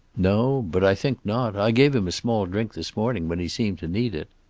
no. but i think not. i gave him a small drink this morning, when he seemed to need it.